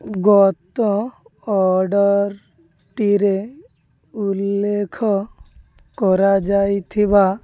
ଗତ ଅର୍ଡ଼ର୍ଟିରେ ଉଲ୍ଲେଖ କରାଯାଇଥିବା